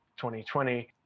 2020